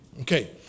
Okay